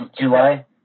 July